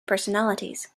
personalities